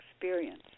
experience